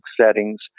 settings